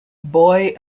boy